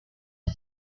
you